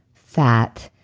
fat.